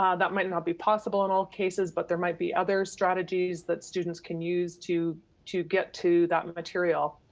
um that might not be possible in all cases, but there might be other strategies that students can use to to get to that material.